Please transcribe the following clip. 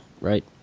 right